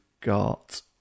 got